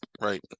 right